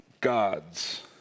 gods